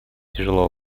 тяжело